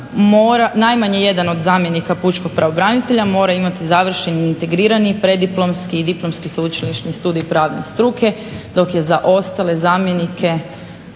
najmanje jedan od zamjenika pučkog pravobranitelja mora imati završeni integrirani pred diplomski i diplomski sveučilišni studij pravne struke dok je za ostale zamjenike